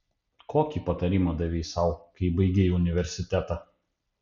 kokį patarimą davei sau kai baigei universitetą